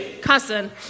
cousin